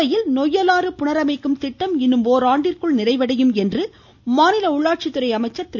கோவையில் நொய்யலாறு புணரமைக்கும் திட்டம் இன்னும் ஒராண்டிற்குள் நிறைவடையும் என்று மாநில உள்ளாட்சித்துறை அமைச்சர் திரு